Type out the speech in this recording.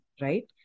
right